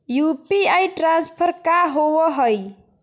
UPI transfer का होव हई?